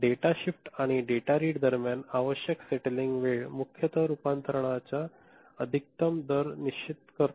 data shift आणि data read दरम्यान आवश्यक सेटलिंग वेळ मुख्यतः रूपांतरणाचा अधिकतम दर निश्चित करतो